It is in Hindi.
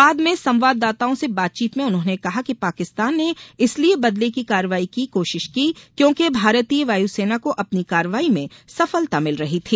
बाद में संवाददाताओं से बातचीत में उन्होंने कहा कि पाकिस्तान ने इसलिए बदले की कार्रवाई की कोशिश की क्योंकि भारतीय वायुसेना को अपनी कार्रवाई में सफलता मिल रही थी